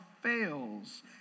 fails